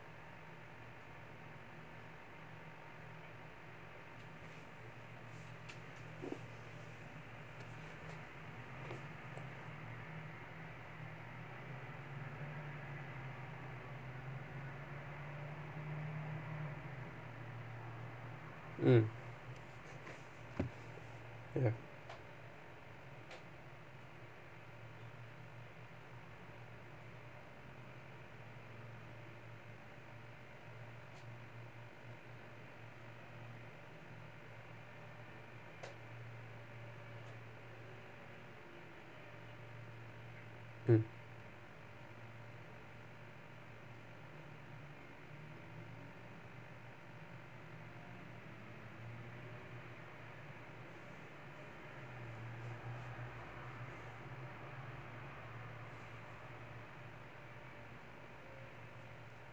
mm ya mm